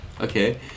Okay